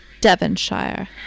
Devonshire